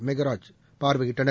மெகராஜ் பார்வையிட்டனர்